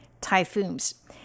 typhoons